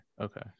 Okay